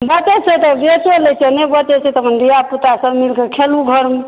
बचै छै तऽ बेच लै छियै नहि बचै छै तहन धिया पूतासभ मिलिक खेलहुॅं घरमे